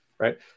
right